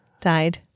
died